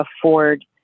afford